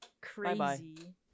Crazy